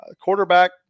Quarterback